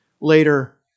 Later